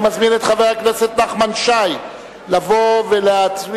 אני מזמין את חבר הכנסת נחמן שי לבוא ולהציע.